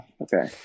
Okay